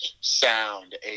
sound